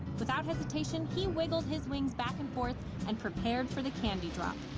without hesitation he wiggled his wings back and forth and prepared for the candy drop.